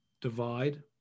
divide